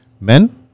Men